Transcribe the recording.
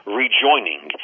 rejoining